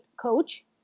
coach